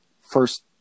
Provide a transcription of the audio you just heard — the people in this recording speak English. first